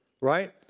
right